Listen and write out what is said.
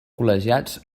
col·legiats